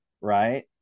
right